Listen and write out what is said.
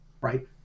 right